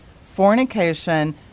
fornication